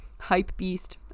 Hypebeast